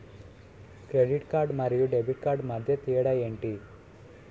Credit card మరియు debit card మధ్య తేడా ఎంటి?